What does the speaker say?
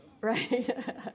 Right